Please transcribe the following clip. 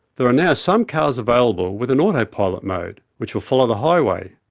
there are now some cars available with an autopilot mode, which will follow the highway,